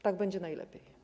Tak będzie najlepiej.